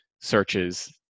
searches